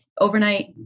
overnight